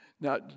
Now